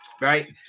right